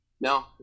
No